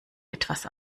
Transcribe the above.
etwas